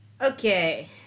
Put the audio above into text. Okay